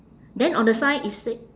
then on the sign it say